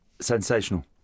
Sensational